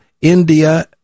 India